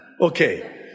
Okay